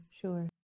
sure